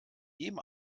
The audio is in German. jedem